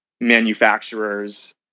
manufacturers